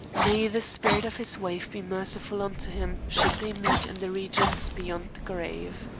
may the spirit of his wife be merciful unto him should they meet in the regions beyond the grave.